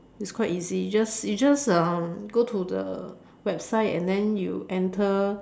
it's quite easy you just you just um go to the website and then you enter